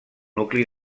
nucli